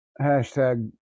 hashtag